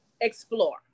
explore